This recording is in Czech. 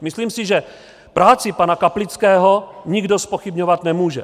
Myslím si, že práci pana Kaplického nikdo zpochybňovat nemůže.